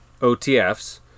OTFs